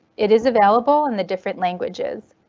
it is available in the different languages.